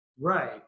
Right